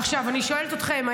עכשיו אני שואלת אתכם,